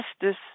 justice